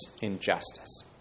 injustice